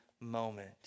moment